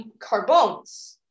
Carbones